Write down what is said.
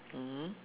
mm